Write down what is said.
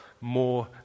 more